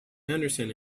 henderson